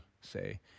say